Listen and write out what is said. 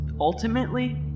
ultimately